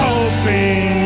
Hoping